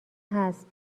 هست